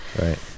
Right